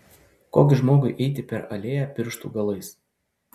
ko gi žmogui eiti per alėją pirštų galais